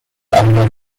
اهداف